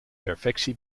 perfectie